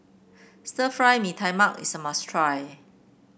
Stir Fry Mee Tai Mak is a must try